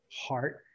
heart